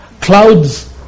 Clouds